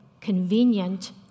convenient